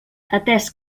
atès